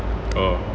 oh